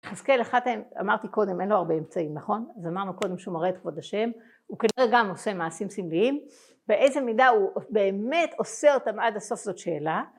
אמרתי קודם אין לו הרבה אמצעים נכון אז אמרנו קודם שהוא מראה את כבוד השם הוא כנראה גם עושה מעשים סמליים באיזה מידה הוא באמת עושה אותם עד הסוף זאת שאלה